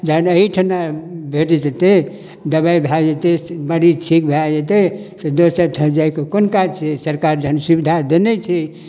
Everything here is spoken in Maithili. जहन अहिठना भेट जेतै दबाइ भए जेतै मरीज ठीक भए जेतै से दोसर ठाम जाइके कोन काज छै सरकार जहन सुविधा दने छै